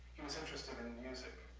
he was interested in music.